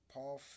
Paul